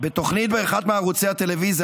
בתוכנית באחד מערוצי הטלוויזיה,